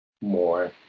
more